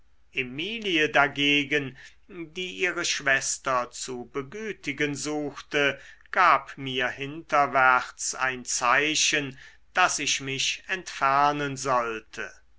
emilie dagegen die ihre schwester zu begütigen suchte gab mir hinterwärts ein zeichen daß ich mich entfernen sollte